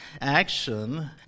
action